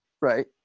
Right